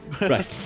right